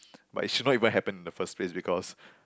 but it should not even happen in the first place because